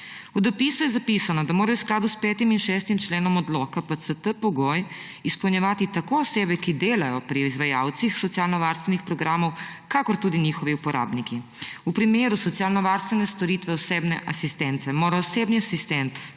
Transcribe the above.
V dopisu je zapisano, da morajo v skladu s 5. in 6. členom odloka PCT-pogoj izpolnjevati tako osebe, ki delajo pri izvajalcih socialnovarstvenih programov, kako tudi njihovi uporabniki. V primeru socialnovarstvene storitve osebne asistence mora osebni asistent